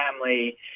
family